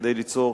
כדי ליצור